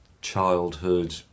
childhood